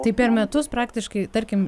tai per metus praktiškai tarkim